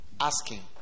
Asking